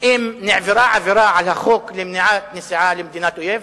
אם נעברה עבירה על החוק למניעת נסיעה למדינת אויב.